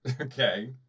okay